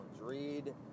Read